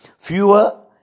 fewer